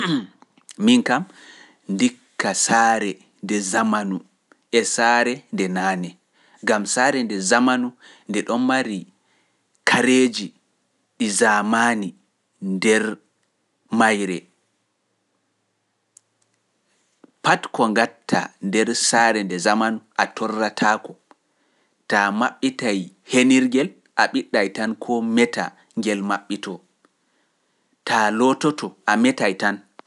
Miin kam, ndikka saare nde zamanu e saare nde naane, ngam saare nde zamanu nde ɗon mari kareeji ɗi zaamaani nder mayre, pat ko ngattaa nder saare nde zamanu a torrataako, ta a maɓɓitay henirgel, a ɓiɗɗay tan koo meta ngel maɓɓitoo ta a loototo a metay tan